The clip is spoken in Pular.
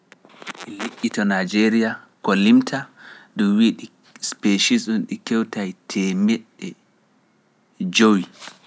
Liƴƴito Najeriya ko limta ɗum wi’i ɗi species ɗo ɗi kewtay teemeɗe jowi (five hundred)